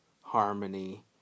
harmony